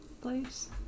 place